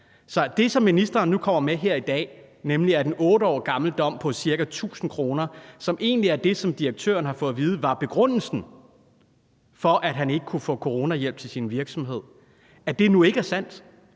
Så det, som ministeren nu kommer med her i dag – nemlig at en 8 år gammel dom med en bøde på ca. 1.000 kr., som egentlig er det, direktøren har fået at vide var begrundelsen for, at han ikke kunne få coronahjælp til sin virksomhed – er, at det så er ikke sandt,